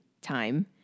time